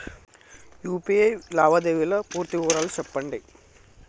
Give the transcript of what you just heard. UPI లావాదేవీల పూర్తి వివరాలు సెప్పండి?